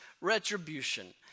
retribution